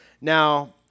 Now